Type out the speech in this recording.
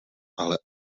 ale